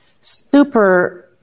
super